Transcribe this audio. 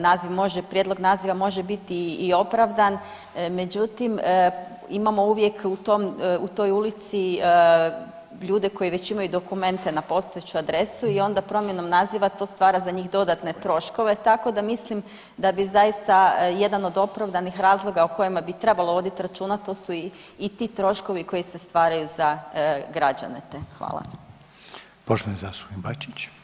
Naziv može, prijedlog naziva može biti i opravdan, međutim, imamo uvijek u tom, u toj ulici ljude koji već imaju dokumente na postojeću adresu i onda promjenom naziva to stvara za njih dodatne troškove, tako da mislim da bi zaista jedan od opravdanih razloga o kojima trebalo voditi računa, to su i ti troškovi koji se stvaraju za građane te.